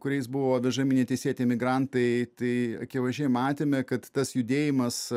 kuriais buvo vežami neteisėti imigrantai tai akivaizdžiai matėme kad tas judėjimas